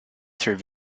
through